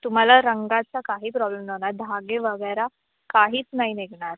तुम्हाला रंगाचा काही प्रॉब्लेम नाही होणार धागे वगैरे काहीच नाही निघणार